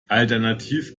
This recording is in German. alternativ